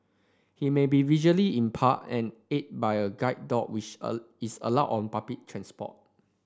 he may be visually impaired and aided by a guide dog which is allowed on public transport